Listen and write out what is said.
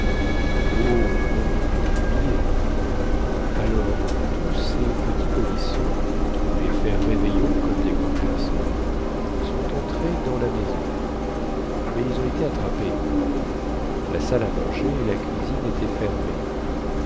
oh non il était habillé alors tous ces petits polissons qui voulaient faire réveillon comme des grandes personnes sont entrés dans la maison mais ils ont été attrapés la salle à manger et la cuisine étaient fermées